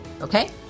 okay